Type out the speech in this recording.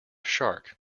shark